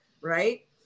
right